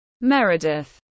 Meredith